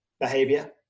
behavior